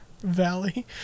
Valley